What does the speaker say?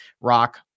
rock